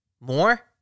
more